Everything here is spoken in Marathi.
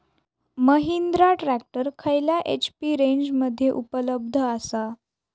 महिंद्रा ट्रॅक्टर खयल्या एच.पी रेंजमध्ये उपलब्ध आसा?